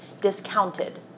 discounted